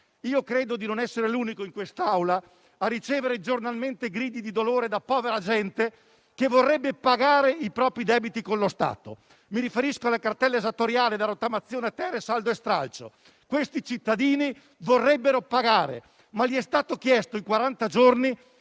Credo di non essere l'unico in quest'Aula a ricevere giornalmente grida di dolore da povera gente che vorrebbe pagare i propri debiti con lo Stato. Mi riferisco alle cartelle esattoriali rottamazione-*ter* e saldo e stralcio. Questi cittadini vorrebbero pagare, ma lo scorso anno,